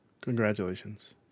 Congratulations